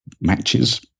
matches